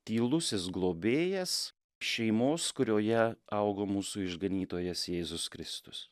tylusis globėjas šeimos kurioje augo mūsų išganytojas jėzus kristus